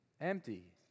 Empty